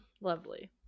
Lovely